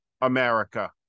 America